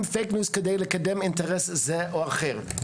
פייק ניוז כדי לקדם אינטרס זה או אחר.